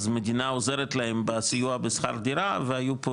אז המדינה עוזרת להם בסיוע בשכר דירה והיו פה